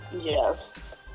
Yes